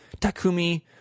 Takumi